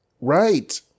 Right